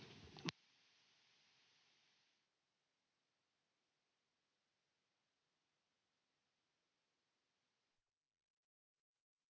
Kiitos,